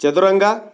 ಚದುರಂಗ